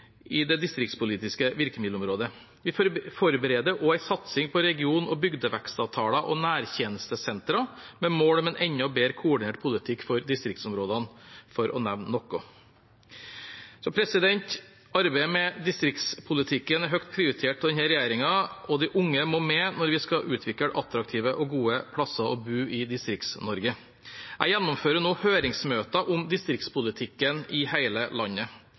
i det distriktspolitiske virkemiddelområdet. Vi forbereder også en satsing på region- og bygdevekstavtaler og nærtjenestesentra, med mål om en enda bedre koordinert politikk for distriktsområdene – for å nevne noe. Arbeidet med distriktspolitikken er høyt prioritert av denne regjeringen, og de unge må med når vi skal utvikle attraktive og gode steder å bo i Distrikts-Norge. Jeg gjennomfører nå høringsmøter om distriktspolitikken i hele landet.